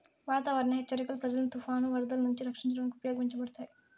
వాతావరణ హెచ్చరికలు ప్రజలను తుఫానులు, వరదలు నుంచి రక్షించడానికి ఉపయోగించబడతాయి